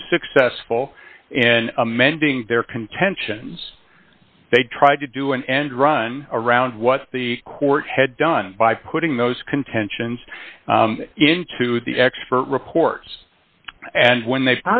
nsuccessful in amending their contentions they tried to do an end run around what the court had done by putting those contentions into the expert reports and when they